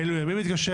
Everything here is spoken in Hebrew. באיזה ימים התקשר,